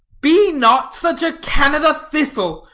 be not such a canada thistle,